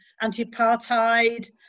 anti-apartheid